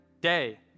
day